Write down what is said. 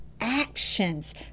actions